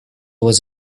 was